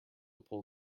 pull